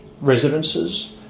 residences